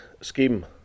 Scheme